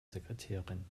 sekretärin